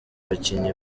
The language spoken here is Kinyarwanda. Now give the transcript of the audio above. bakinnyi